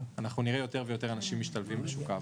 נראה יותר ויותר אנשים משתלבים בשוק העבודה.